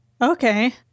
okay